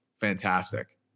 fantastic